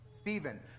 Stephen